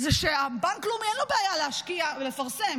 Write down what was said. שלבנק לאומי אין בעיה להשקיע ולפרסם